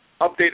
updated